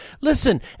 listen